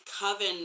coven